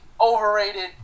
overrated